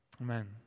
Amen